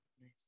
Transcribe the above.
Nice